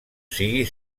sigui